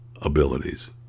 abilities